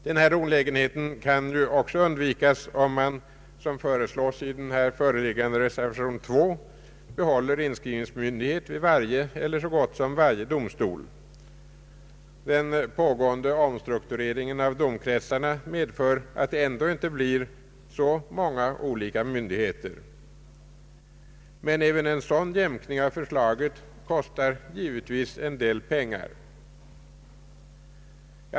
Denna olägenhet kan också undvikas om man, såsom föreslås i reservation II, bibehåller inskrivningsmyndighet vid varje eller så gott som varje domstol. Den pågående omstruktureringen av domkretsarna medför att det ändå inte blir så många olika myndigheter. Men även en sådan jämkning av förslaget kostar givetvis en del pengar.